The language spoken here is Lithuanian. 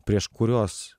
prieš kuriuos